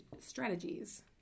strategies